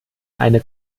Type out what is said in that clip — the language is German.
eine